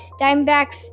Diamondbacks